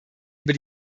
über